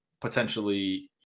potentially